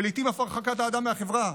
ולעיתים אף הרחקת האדם מהחברה.